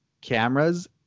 cameras